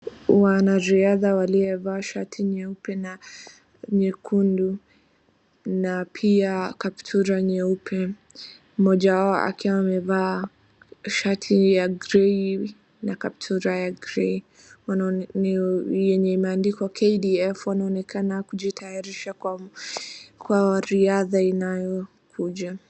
Wanariadha waliovaa shati nyeupe na nyekundu na pia kaptura nyeupe. Mmoja wao akiwa amevaa shati ya grey na kaptura grey nyenye imeandikwa KDF wanaonekana kujitayarisha kwa riadha inayokuja.